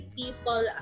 people